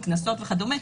מקנסות וכדומה,